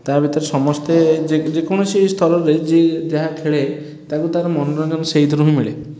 ତା ଭିତରେ ସମସ୍ତେ ଯେ ଯେକୌଣସି ସ୍ତରରେ ଯିଏ ଯାହା ଖେଳେ ତାକୁ ତାର ମନୋରଞ୍ଜନ ସେଇଥିରୁ ହିଁ ମିଳେ